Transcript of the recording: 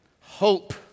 hope